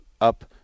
up